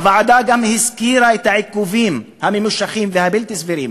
הוועדה גם הזכירה את העיכובים הממושכים והבלתי-סבירים